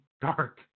dark